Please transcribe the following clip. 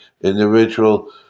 individual